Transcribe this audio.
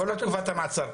כל תקופת המעצר.